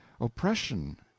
oppression